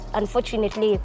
unfortunately